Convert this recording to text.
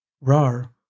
Rar